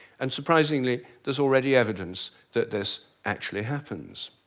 and surprisingly, there's already evidence that this actually happens.